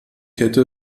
kette